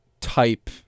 type